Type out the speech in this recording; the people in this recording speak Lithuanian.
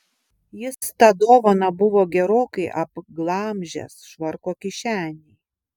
jis tą dovaną buvo gerokai apglamžęs švarko kišenėj